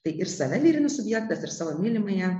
tai ir save lyrinis subjektas ir savo mylimąją